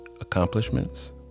accomplishments